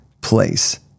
place